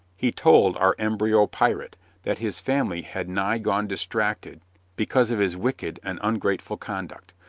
he told our embryo pirate that his family had nigh gone distracted because of his wicked and ungrateful conduct.